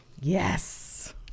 Yes